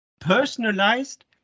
personalized